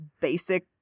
basic